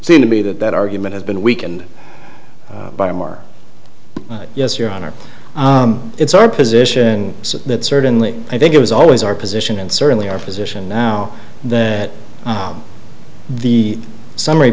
seemed to be that that argument has been weakened by a more yes your honor it's our position that certainly i think it was always our position and certainly our position now that the summary